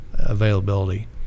Availability